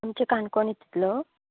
आमचें काणकोण इतुतलो